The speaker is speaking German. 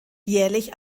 jährlich